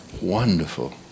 Wonderful